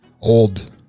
old